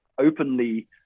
openly